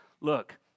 look